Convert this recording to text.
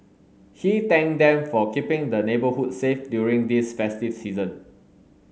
he thanked them for keeping the neighbourhood safe during this festive season